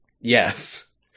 Yes